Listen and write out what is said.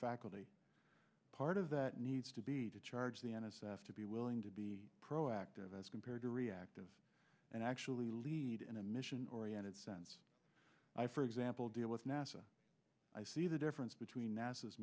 faculty part of that needs to be to charge the n s f to be willing to be proactive as compared to reactive and actually lead in a mission oriented sense i for example deal with nasa i see the difference between nas